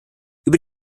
über